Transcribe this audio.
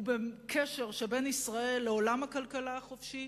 ובקשר שבין ישראל לעולם הכלכלה החופשי,